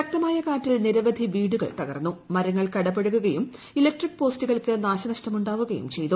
ശക്തമായ കാറ്റിൽ നിരവധി വീടുകൾ തകർന്ന് മരങ്ങൾ കടപുഴകുകയും ഇലക്ട്രിക് പോസ്റ്റുകൾക്ക് നാശനഷ്ടമുണ്ടാകുകയും ചെയ്തു